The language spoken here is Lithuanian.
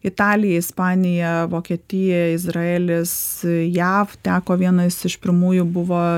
italija ispanija vokietija izraelis jav teko vienais iš pirmųjų buvo